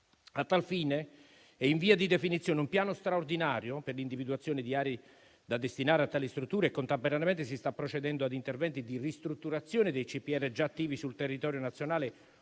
A tal fine, è in via di definizione un piano straordinario per l'individuazione di aree da destinare a tali strutture e contemporaneamente si sta procedendo a interventi di ristrutturazione dei CPR già attivi sul territorio nazionale,